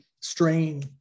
strain